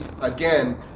again